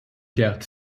carte